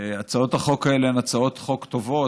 הצעות החוק האלה הן הצעות חוק טובות,